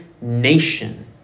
nation